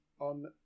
on